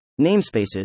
namespaces